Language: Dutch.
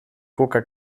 coca